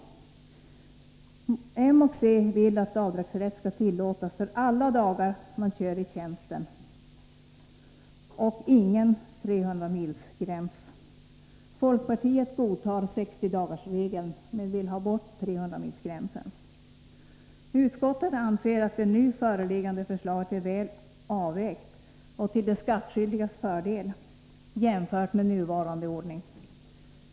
Moderaterna och centern vill att avdragsrätt skall tillåtas för alla dagar man kör i tjänsten och att ingen 300-milsgräns skall finnas. Folkpartiet godtar 60-dagarsregeln men vill ha bort 300-milsgränsen. Utskottets majoritet anser att det nu föreliggande förslaget är väl avvägt och till de skattskyldigas fördel jämfört med nuvarande ordning.